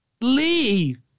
Leave